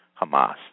Hamas